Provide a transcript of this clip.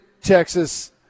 Texas